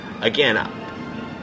again